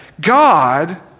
God